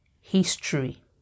history